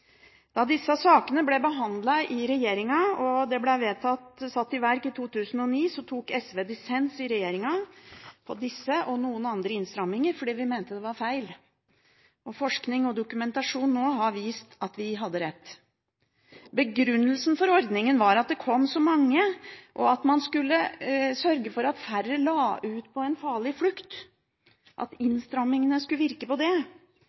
Da disse sakene ble behandlet i regjeringen, og vedtatt satt i verk i 2009, tok SV dissens i regjeringen på disse og noen andre innstramminger, fordi vi mente det var feil. Forskning og dokumentasjon har nå vist at vi hadde rett. Begrunnelsen for ordningen var at det kom så mange, og at man skulle sørge for at færre la ut på en farlig flukt – innstrammingene skulle virke på det.